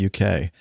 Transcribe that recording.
UK